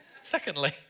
Secondly